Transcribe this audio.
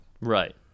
Right